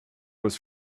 was